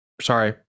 sorry